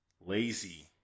lazy